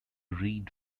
read